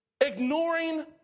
Ignoring